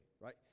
right